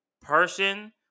person